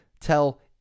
tell